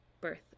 birth